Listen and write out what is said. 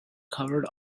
covered